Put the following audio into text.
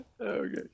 okay